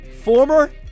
former